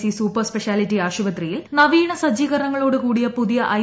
C super speciality ആശുപത്രിയിൽ നവീന സജ്ജീകരണങ്ങളോടു കൂടിയ പുതിയ ഐ